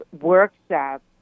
workshops